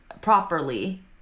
properly